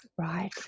Right